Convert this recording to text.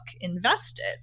Invested